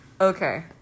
Okay